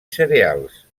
cereals